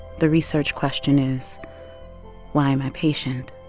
the research question is why am i patient?